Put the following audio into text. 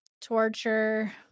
Torture